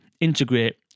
integrate